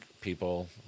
people